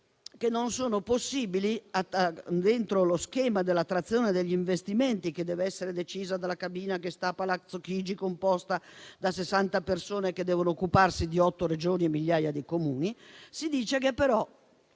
diminuiscono. Dentro lo schema di attrazione degli investimenti, che deve essere decisa dalla cabina che sta a Palazzo Chigi composta da 60 persone che devono occuparsi di otto Regioni e migliaia di Comuni, si dice che, però,